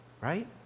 right